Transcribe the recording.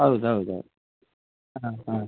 ಹೌದು ಹೌದು ಹೌದು ಹಾಂ ಹಾಂ